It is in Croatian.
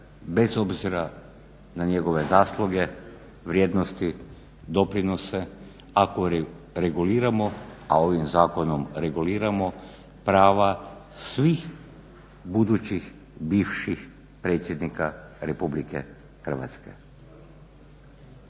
bez obzira na njegove zasluge, vrijednosti, doprinose. Ako reguliramo, a ovim zakonom reguliramo prava svih budućih bivših predsjednika Republike Hrvatske.